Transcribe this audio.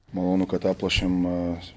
malonu kad aplošėm